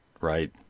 Right